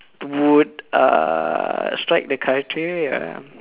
would err strike the criteria